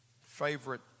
favorite